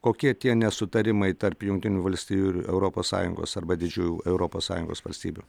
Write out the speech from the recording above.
kokie tie nesutarimai tarp jungtinių valstijų ir europos sąjungos arba didžiųjų europos sąjungos valstybių